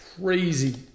Crazy